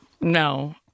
No